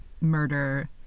murder